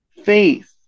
faith